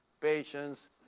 patience